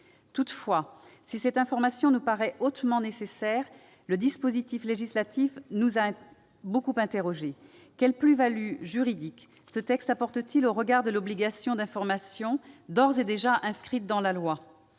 Toutefois, si cette information nous paraît hautement nécessaire, le dispositif législatif nous a beaucoup interrogés. Quelle plus-value juridique ce texte apporte-t-il au regard de l'obligation d'information d'ores et déjà inscrite dans la loi ?